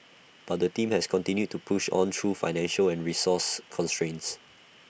but the team has continued to push on through financial and resource constraints